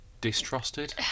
distrusted